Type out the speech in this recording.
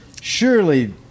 surely